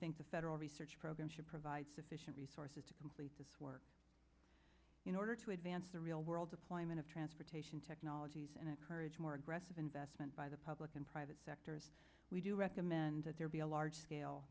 think the federal research program should provide sufficient resources to complete this work in order to advance the real world deployment of transportation technologies and encourage more aggressive investment by the public and private sectors we do recommend that there be a large scale